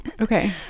Okay